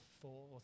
four